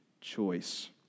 choice